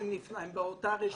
הם באותה רשות.